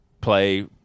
play